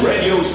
radio